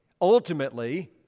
ultimately